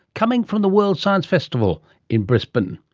coming from the world science festival in brisbane.